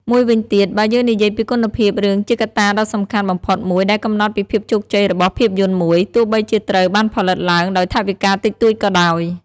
មួយវិញទៀត បើយើងនិយាយពីគុណភាពរឿងជាកត្តាដ៏សំខាន់បំផុតមួយដែលកំណត់ពីភាពជោគជ័យរបស់ភាពយន្តមួយ ទោះបីជាត្រូវបានផលិតឡើងដោយថវិកាតិចតួចក៏ដោយ។